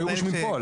היו רושמים פה.